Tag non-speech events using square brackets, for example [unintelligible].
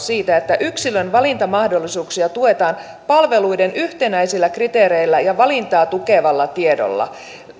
[unintelligible] siitä että yksilön valintamahdollisuuksia tuetaan palveluiden yhtenäisillä kriteereillä ja valintaa tukevalla tiedolla